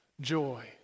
joy